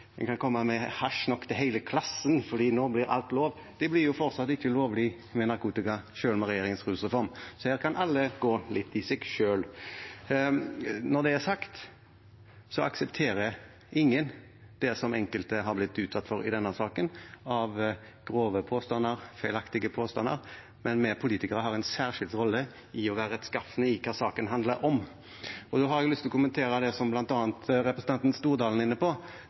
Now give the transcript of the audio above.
narkotika med regjeringens rusreform. Så alle kan gå litt i seg selv. Når det er sagt, aksepterer ingen det som enkelte har blitt utsatt for i denne saken av grove og feilaktige påstander. Som politikere har vi en særskilt rolle i å være rettskafne når det gjelder hva saken handler om. Da har jeg lyst til å kommentere det som bl.a. representanten Stordalen var inne på,